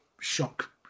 shock